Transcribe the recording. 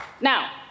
Now